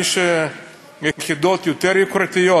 יחידות יותר יוקרתיות,